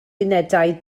unedau